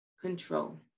control